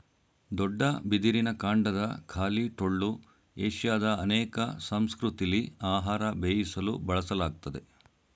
ದೊಡ್ಡ ಬಿದಿರಿನ ಕಾಂಡದ ಖಾಲಿ ಟೊಳ್ಳು ಏಷ್ಯಾದ ಅನೇಕ ಸಂಸ್ಕೃತಿಲಿ ಆಹಾರ ಬೇಯಿಸಲು ಬಳಸಲಾಗ್ತದೆ